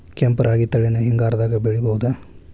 ಕೆಂಪ ರಾಗಿ ತಳಿನ ಹಿಂಗಾರದಾಗ ಬೆಳಿಬಹುದ?